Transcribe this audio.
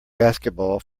basketball